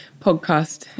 podcast